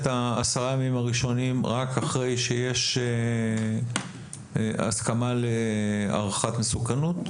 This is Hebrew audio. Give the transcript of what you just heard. העשרה ימים הראשונים רק אחרי שיש הסכמה להערכת מסוכנות,